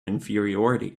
inferiority